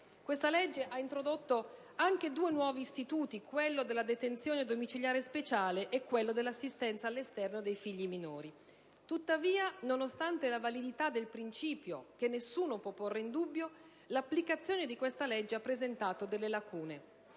Questa legge ha introdotto anche due nuovi istituti, quello della detenzione domiciliare speciale e quello dell'assistenza all'esterno dei figli minori. Tuttavia, nonostante la validità del principio, che nessuno può porre in dubbio, l'applicazione di questa legge ha presentato delle lacune.